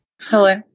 Hello